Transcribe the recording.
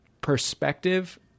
perspective